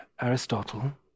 Aristotle